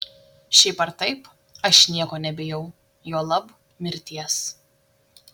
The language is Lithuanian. šiaip ar taip aš nieko nebijau juolab mirties